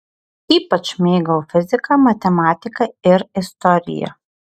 ypač mėgau fiziką matematiką ir istoriją